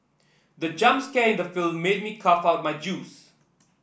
the jump scare in the film made me cough out my juice